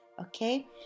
Okay